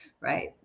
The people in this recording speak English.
Right